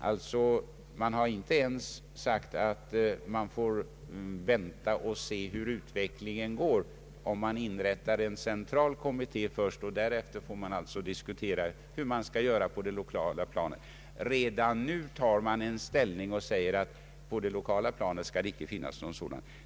Utskottet har alltså inte ens sagt att man får vänta och se hur utvecklingen blir om man först inrättar en central kommitté och därefter diskutera hur man skall göra på det lokala planet. Redan nu tar utskottet ställning och förklarar att något avnämarråd på det lokala planet inte skall finnas.